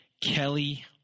Kelly